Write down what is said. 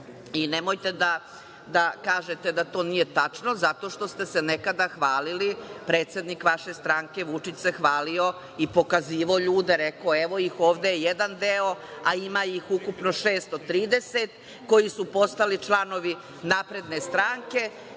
Nemojte da kažete da to nije tačno, jer ste se nekada hvalili. Predsednik vaše stranke Vučić se hvalio i pokazivao ljude, rekao je – evo jedan deo, a ima ih ukupno 630 koji su postali članovi Napredne stranke.